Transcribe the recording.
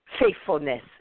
faithfulness